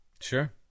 Sure